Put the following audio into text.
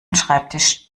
schreibtisch